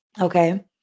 Okay